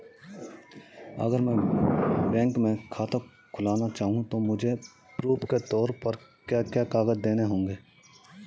अगर मैं बैंक में खाता खुलाना चाहूं तो मुझे प्रूफ़ के तौर पर क्या क्या कागज़ देने होंगे?